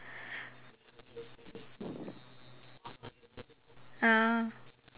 ah